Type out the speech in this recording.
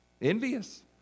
envious